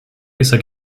dieser